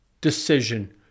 decision